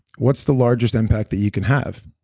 what's the largest impact that you can have?